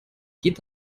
geht